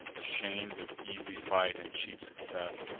asham'd of easy fight and cheap success.